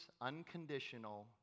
unconditional